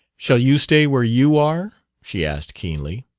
shall you stay where you are? she asked keenly.